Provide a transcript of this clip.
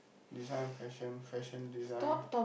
this one fashion fashion design